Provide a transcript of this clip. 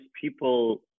people